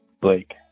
Blake